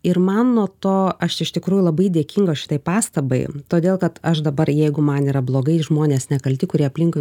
ir man nuo to aš iš tikrųjų labai dėkinga šitai pastabai todėl kad aš dabar jeigu man yra blogai žmonės nekalti kurie aplinkui